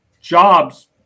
jobs